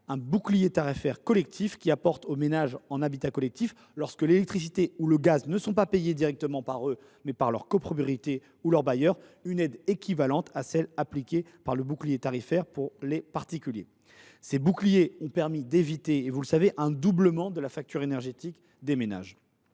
d’un bouclier tarifaire « collectif », qui apporte aux ménages en habitat collectif, lorsque l’électricité ou le gaz ne sont pas payés directement par eux, mais par leur copropriété ou leur bailleur, une aide équivalente à celle résultant du bouclier tarifaire des particuliers. Ces boucliers ont permis d’éviter un doublement de la facture énergétique des ménages.